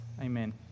Amen